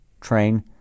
train